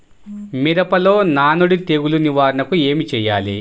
మిరపలో నానుడి తెగులు నివారణకు ఏమి చేయాలి?